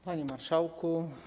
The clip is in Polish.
Panie Marszałku!